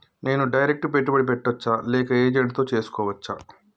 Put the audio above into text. నేను డైరెక్ట్ పెట్టుబడి పెట్టచ్చా లేక ఏజెంట్ తో చేస్కోవచ్చా?